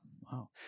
wow